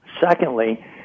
Secondly